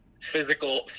physical